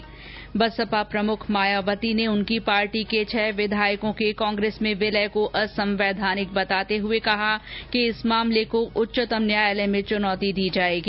्र बसपा प्रमुख मायावती ने उनकी पार्टी के छह विधायकों के कांग्रेस में विलय को असंवैधानिक बताते कहा कि इस मामले को उच्चतम न्यायालय में चुनौती दी जायेगी